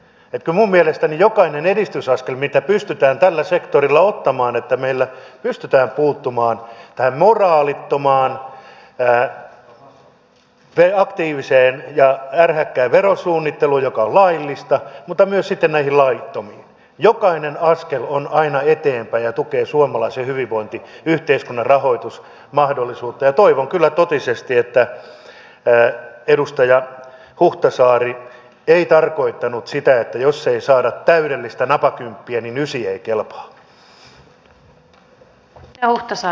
että kun minun mielestäni jokainen edistysaskel mitä pystytään tällä sektorilla ottamaan että meillä pystytään puuttumaan tähän moraalittomaan aktiiviseen ja ärhäkkään verosuunnitteluun joka on laillista mutta myös sitten näihin laittomiin jokainen askel on aina eteenpäin ja tukee suomalaisen hyvinvointiyhteiskunnan rahoitusmahdollisuutta niin toivon kyllä totisesti että edustaja huhtasaari ei tarkoittanut sitä että jos ei saada täydellistä napakymppiä niin ysi ei kelpaa